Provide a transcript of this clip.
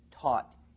taught